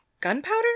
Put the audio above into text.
Gunpowder